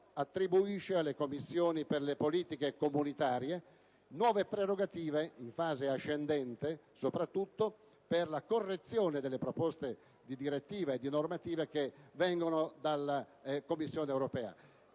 attribuisce alle Commissioni per le politiche comunitarie nuove prerogative in fase ascendente, soprattutto per la correzione delle proposte di direttive e di normative che provengono dalla Commissione europea.